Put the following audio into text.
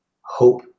hope